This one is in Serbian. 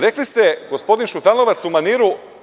Rekli ste, gospodin Šutanovac u maniru…